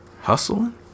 Hustling